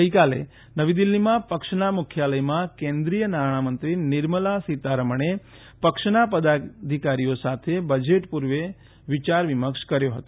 ગઈકાલે નવી દિલ્ફીમાં પક્ષના મુખ્યાલયમાં કેન્દ્રીય નાણામંત્રી નિર્મલા સીતારામણે પક્ષના પદાધિકારીઓ સાથે બજેટ પૂર્વે વિચાર વિમર્શ કર્યો હતો